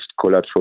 collateral